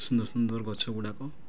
ସୁନ୍ଦର ସୁନ୍ଦର ଗଛ ଗୁଡ଼ାକ